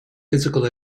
physical